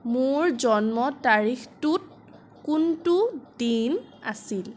মোৰ জন্ম তাৰিখটোত কোনটো দিন আছিল